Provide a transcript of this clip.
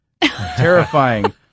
Terrifying